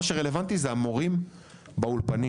מה שרלוונטי, זה המורים שבאולפנים.